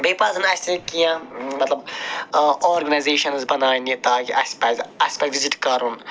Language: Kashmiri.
بیٚیہِ پَزَن اَسہِ کیٚنہہ مطلب آرگَنایزیشَنٕز بناونہِ تاکہِ اَسہِ پَزِ اَسہِ پَزِ وِزِٹ کَرُن